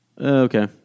Okay